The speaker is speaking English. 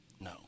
No